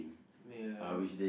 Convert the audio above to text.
ya